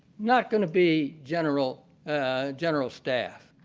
not going to be general ah general staff.